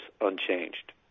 unchanged